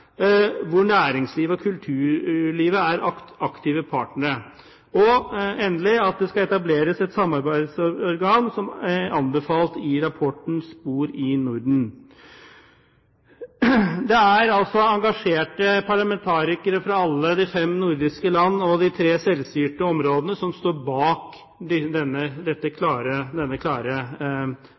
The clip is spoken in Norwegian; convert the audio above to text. hvor næringslivet og kulturlivet er aktive partnere, og endelig at det skal etableres et samarbeidsorgan som anbefalt i rapporten Spor i Norden Det er altså engasjerte parlamentarikere fra alle de fem nordiske landene og de tre selvstyrte områdene som står bak denne klare